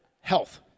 health